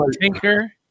tinker